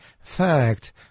fact